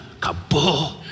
Kabul